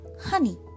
honey